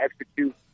execute